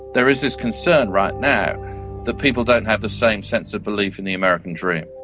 there is this concern right now that people don't have the same sense of belief in the american dream.